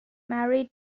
married